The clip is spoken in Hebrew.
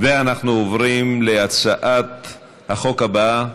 ואנחנו עוברים להצעת החוק הבאה.